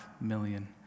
million